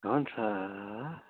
हुन्छ